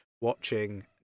watching